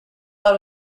out